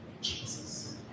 Jesus